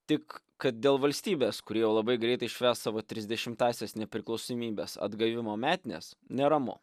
tik kad dėl valstybės kuri jau labai greitai švęs savo trisdešimtąsias nepriklausomybės atgavimo metines neramu